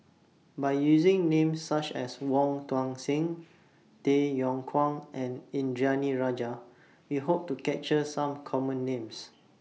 By using Names such as Wong Tuang Seng Tay Yong Kwang and Indranee Rajah We Hope to capture Some Common Names